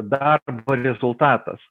darbo rezultatas